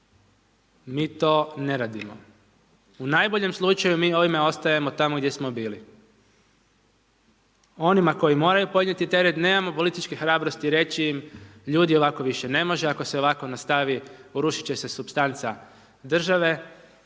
Mi to ne radimo. U najboljem slučaju mi ovime ostajemo tamo gdje smo bili. Onima koji moraju podnijeti teret, nemamo im političke hrabrosti im reći ljudi ovako više ne može, ako se ovako nastavi, urušiti će se supstanca države